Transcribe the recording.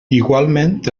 igualment